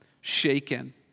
shaken